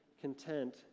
content